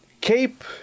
cape